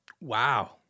Wow